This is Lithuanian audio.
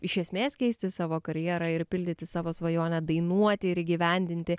iš esmės keisti savo karjerą ir pildyti savo svajonę dainuoti ir įgyvendinti